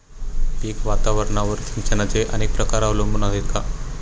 पीक वातावरणावर सिंचनाचे अनेक प्रकार अवलंबून आहेत का?